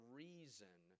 reason